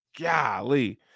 Golly